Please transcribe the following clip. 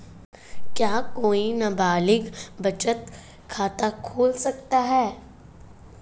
क्या कोई नाबालिग बचत खाता खोल सकता है?